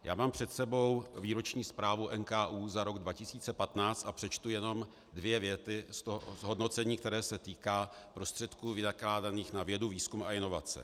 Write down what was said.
Já mám před sebou výroční zprávu NKÚ za rok 2015 a přečtu jenom dvě věty z hodnocení, které se týká prostředků vynakládaných na vědu, výzkum a inovace: